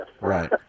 Right